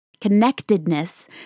connectedness